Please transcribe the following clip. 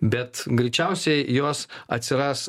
bet greičiausiai jos atsiras